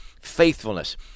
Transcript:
Faithfulness